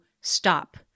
stop